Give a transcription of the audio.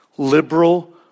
Liberal